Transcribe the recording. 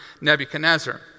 Nebuchadnezzar